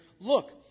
Look